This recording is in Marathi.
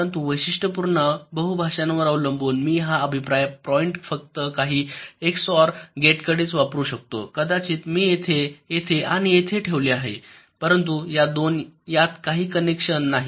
परंतु वैशिष्ट्यपूर्ण बहुभाषावर अवलंबून मी हा अभिप्राय पॉईंट फक्त काही एक्सओआर गेट्सकडेच वापरू शकतो कदाचित मी येथे येथे आणि येथे ठेवले आहे परंतु या 2 यात काही काँनेकशन नाही